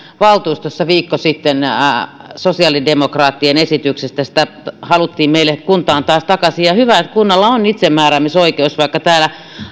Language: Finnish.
valtuustossa viikko sitten sosiaalidemokraattien esityksestä sitä haluttiin meille kuntaan taas takaisin hyvä että kunnalla on itsemääräämisoikeus vaikka täällä